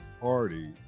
Party